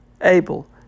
able